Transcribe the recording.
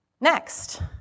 Next